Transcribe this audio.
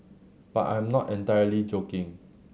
but I'm not entirely joking